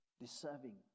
deserving